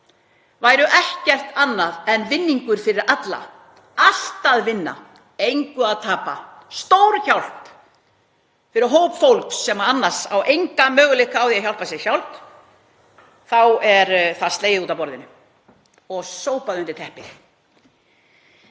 væru ekkert annað en ávinningur fyrir alla, allt að vinna engu að tapa, stór hjálp fyrir hóp fólks sem annars á enga möguleika á því að hjálpa sér sjálft, þá er það slegið út af borðinu og sópað undir teppið.